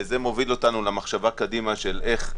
זה מוביל אותנו למחשבה קדימה של איך אנחנו